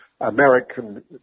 American